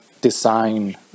design